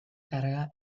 carga